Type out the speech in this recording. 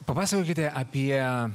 papasakokite apie